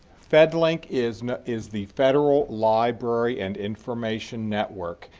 fedlink is is the federal library and information network.